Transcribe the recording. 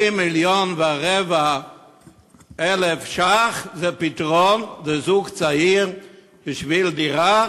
האם 1.25 מיליון ש"ח זה פתרון לזוג צעיר בשביל דירה,